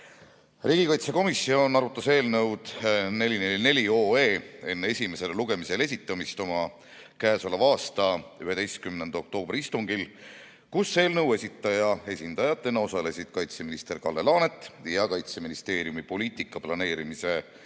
Riigikaitsekomisjon arutas eelnõu 444 enne esimesele lugemisele esitamist oma k.a 11. oktoobri istungil, kus eelnõu esitaja esindajatena osalesid kaitseminister Kalle Laanet ja Kaitseministeeriumi poliitika planeerimise